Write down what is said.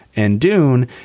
and doone,